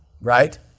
right